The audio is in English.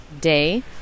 day